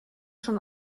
schon